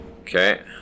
okay